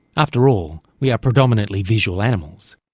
after all, we are predominantly visual animals.